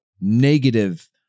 negative